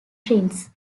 prints